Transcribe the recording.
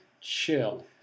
chill